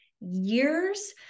years